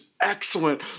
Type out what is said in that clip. excellent